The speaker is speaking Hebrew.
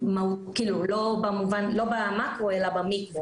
לא במאקרו אלא במיקרו.